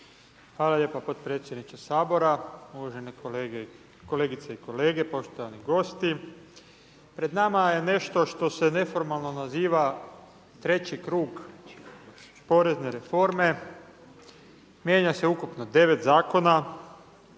Hvala lijepa potpredsjedniče Sabora, uvažene kolegice i kolege, poštovani gosti. Pred nama je nešto što se neformalno naziva treći krug porezne reforme, mijenja se ukupno 9 zakona,